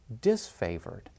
disfavored